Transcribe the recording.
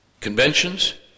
conventions